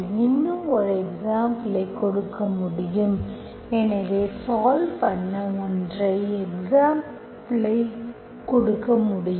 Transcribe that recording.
இன்னும் ஒரு எக்ஸாம்புல்ஐ கொடுக்க முடியும் எனவே சால்வ் பண்ண ஒன்றை எக்ஸாம்புல்ஐ கொடுக்க முடியும்